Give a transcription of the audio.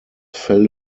fell